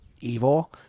evil